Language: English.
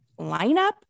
lineup